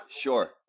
Sure